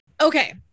Okay